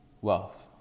wealth